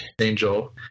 Angel